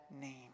name